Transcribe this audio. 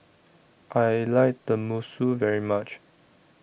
I like Tenmusu very much